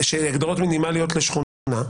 בהגדרות מינימליות לשכונה,